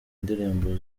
indirimbo